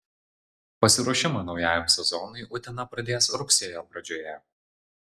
pasiruošimą naujajam sezonui utena pradės rugsėjo pradžioje